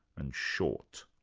and short.